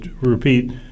repeat